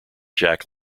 jack